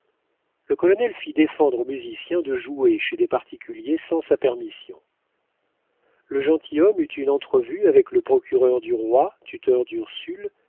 le colonel fit défendre aux musiciens de jouer chez des particuliers sans sa permission le gentilhomme eut une entrevue avec le procureur du roi tuteur d'ursule